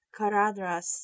Caradras